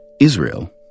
Israel